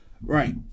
right